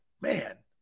man